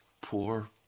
poor